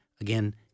Again